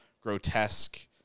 grotesque